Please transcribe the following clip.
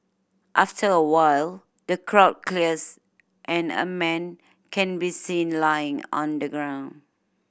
after a while the crowd clears and a man can be seen lying on the ground